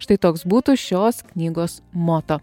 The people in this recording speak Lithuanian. štai toks būtų šios knygos moto